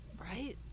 Right